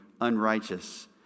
unrighteous